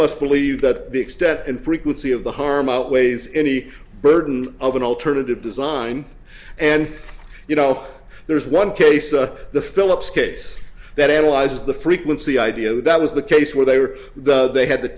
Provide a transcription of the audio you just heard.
must believe that the extent and frequency of the harm outweighs any burden of an alternative design and you know there is one case the philips case that analyzes the frequency idea that was the case where they were they had the